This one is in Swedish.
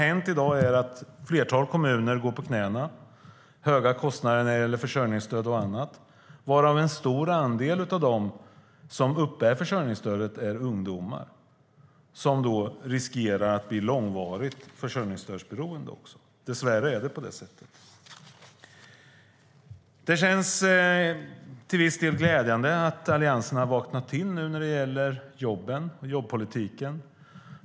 I dag går ett flertal kommuner på knäna på grund av höga kostnader i fråga om försörjningsstöd och annat. Och en stor andel av dem som uppbär försörjningsstödet är ungdomar som också riskerar att bli långvarigt försörjningsstödsberoende. Det är dess värre på det sättet. Det känns till viss del glädjande att Alliansen nu har vaknat till när det gäller jobben och jobbpolitiken.